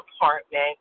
apartment